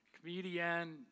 Comedian